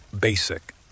basic